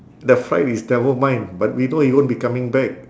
the fright is never mind but we know we won't be coming back